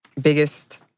biggest